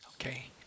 Okay